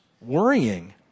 worrying